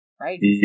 Right